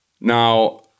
Now